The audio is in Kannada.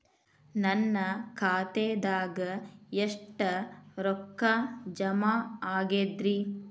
ನನ್ನ ಖಾತೆದಾಗ ಎಷ್ಟ ರೊಕ್ಕಾ ಜಮಾ ಆಗೇದ್ರಿ?